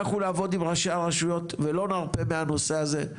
אנחנו נעבוד עם ראשי הרשויות ולא נרפה מהנושא הזה,